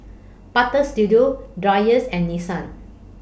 Butter Studio Dreyers and Nissan